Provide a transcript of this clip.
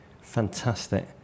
Fantastic